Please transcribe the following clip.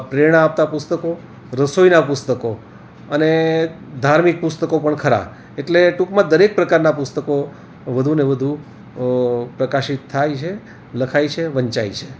પ્રેરણા આપતાં પુસ્તકો રસોઈનાં પુસ્તકો અને ધાર્મિક પુસ્તકો પણ ખરાં એટલે ટૂંકમાં દરેક પ્રકારનાં પુસ્તકો વધુને વધુ પ્રકાશિત થાય છે લખાય છે વંચાય છે